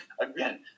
again